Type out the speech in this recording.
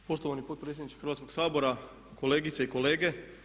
Poštovani potpredsjedniče Hrvatskoga sabora, kolegice i kolege.